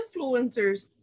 Influencers